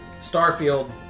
Starfield